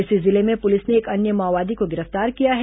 इसी जिले में पुलिस ने एक अन्य माओवादी को गिरफ्तार किया है